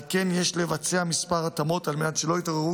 על כן יש לבצע כמה התאמות על מנת שלא יתעוררו